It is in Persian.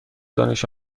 دانش